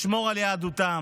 לשמור על יהדותם,